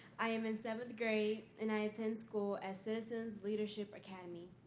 i am in seventh grade, and i attend school at citizens leadership academy.